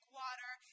water